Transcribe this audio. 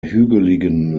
hügeligen